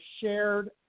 shared